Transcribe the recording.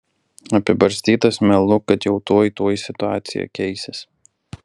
apibarstytas melu kad jau tuoj tuoj situacija keisis